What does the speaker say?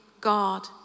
God